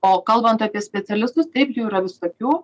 o kalbant apie specialistus taip jų yra visokių